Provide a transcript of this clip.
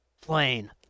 plane